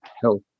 health